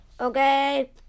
Okay